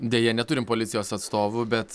deja neturim policijos atstovų bet